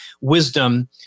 wisdom